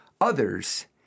others